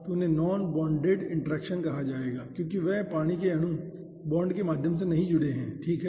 तो उन्हें non bonded interaction कहा जाएगा क्योंकि वे पानी के अणु बांड के माध्यम से नहीं जुड़े हैं ठीक है